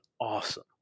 awesome